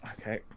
Okay